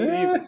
Leave